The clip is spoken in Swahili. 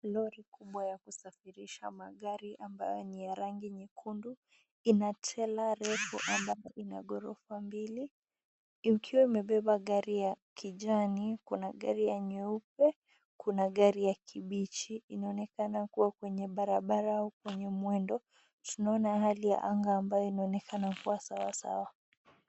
Lori kubwa ya kusafirisha magari ambayo ni ya rangi nyekundi ina trela refu ambapo ina ghorofa mbili ikiwa imebeba gari ya kijani, kuna gari ya nyeupe, kuna gari ya kibichi. Inaonekana kuwa kwenye barabara wenye mwendo slow na hali ya anga ambayo inaonekana kuwa sawasawa.